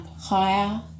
higher